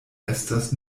estas